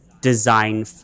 design